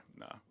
no